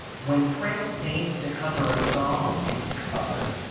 when prince deigns to cover a song, it's covered